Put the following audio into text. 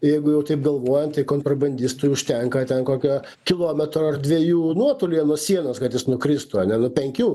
jeigu jau taip galvojant tai kontrabandistui užtenka ten kokio kilometro ar dviejų nuotolyje nuo sienos kad jis nukristų ane nu penkių